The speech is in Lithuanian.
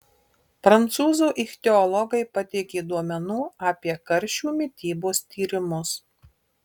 prancūzų ichtiologai pateikė duomenų apie karšių mitybos tyrimus